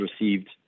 received